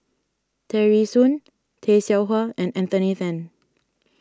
Tear Ee Soon Tay Seow Huah and Anthony then